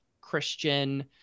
christian